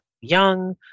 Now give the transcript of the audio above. young